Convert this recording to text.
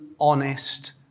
Honest